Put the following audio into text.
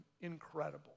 incredible